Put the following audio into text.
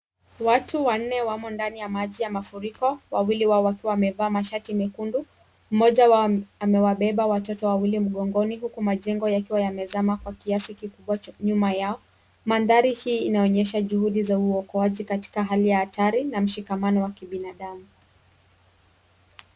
Watu wanne wamo ndani ya maji ya mafuriko, wawili wao wakiwa wamevaa mashati mekundu. Mmoja wao amewabeba watoto wawili mgongoni, huku majengo yakiwa yamezama kwa kiasi kikubwa nyuma yao. Mandahri hii inaonyesha juhudi za uokoaji katika hali ya hatari na mshikamano wa kibinadamu.